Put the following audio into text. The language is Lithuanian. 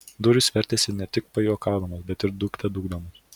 durys varstėsi ne tik pajuokaudamos bet ir dūkte dūkdamos